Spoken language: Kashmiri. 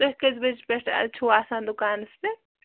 تُہۍ کٔژِ بَجہِ پٮ۪ٹھ چھُو آسان دُکانَس پٮ۪ٹھ